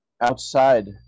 Outside